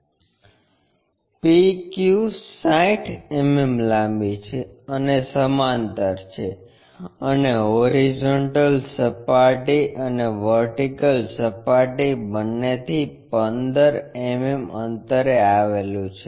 PQ 60 mm લાંબી છે અને સમાંતર છે અને હોરીઝોન્ટલ સપાટી અને વર્ટીકલ સપાટી બંનેથી 15 mm અંતરે આવેલુ છે